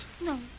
No